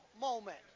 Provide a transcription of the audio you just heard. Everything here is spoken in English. moment